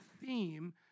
theme